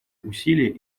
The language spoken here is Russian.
усилия